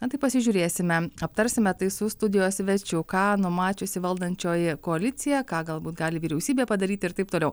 na taip pasižiūrėsime aptarsime tai su studijos svečiu ką numačiusi valdančioji koalicija ką galbūt gali vyriausybė padaryti ir taip toliau